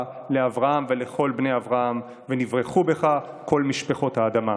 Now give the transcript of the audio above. לאברהם ולכל בני אברהם: "ונברכו בך כל משפחות האדמה".